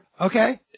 Okay